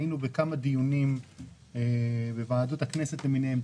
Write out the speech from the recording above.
היינו בכמה דיונים בוועדות הכנסת למיניהם,